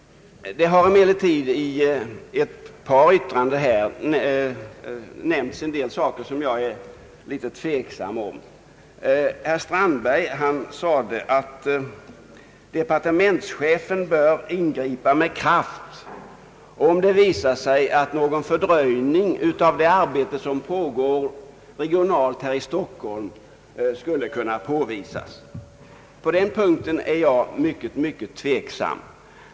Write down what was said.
Det har emellertid i ett par yttranden nämnts ett par saker som jag är litet tveksam om. Herr Strandberg sade, att »departementschefen bör ingripa med kraft» om någon fördröjning av det arbete som pågår regionalt i Stockholm skulle kunna påvisas. På den punkten är jag mycket tveksam.